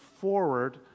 forward